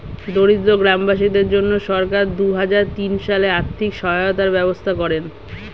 দরিদ্র গ্রামবাসীদের জন্য সরকার দুহাজার তিন সালে আর্থিক সহায়তার ব্যবস্থা করেন